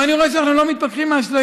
אבל אני רואה שאנחנו לא מתפכחים מהאשליות.